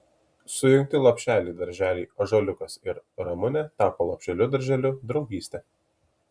sujungti lopšeliai darželiai ąžuoliukas ir ramunė tapo lopšeliu darželiu draugystė